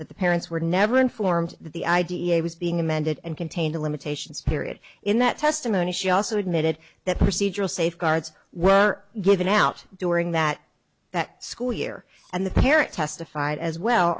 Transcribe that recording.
that the parents were never informed that the idea was being amended and contain the limitations period in that testimony she also admitted that procedural safeguards were given out during that that school year and the parent testified as well